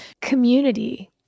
Community